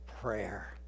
prayer